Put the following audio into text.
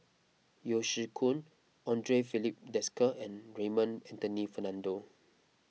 Yeo Shih Yun andre Filipe Desker and Raymond Anthony Fernando